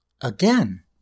Again